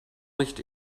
nicht